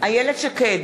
איילת שקד,